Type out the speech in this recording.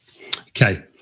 okay